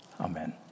Amen